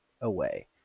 away